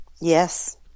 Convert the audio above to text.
yes